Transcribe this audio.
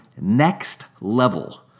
next-level